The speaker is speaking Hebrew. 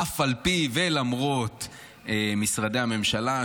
אף על פי ולמרות משרדי הממשלה,